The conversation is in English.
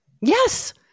Yes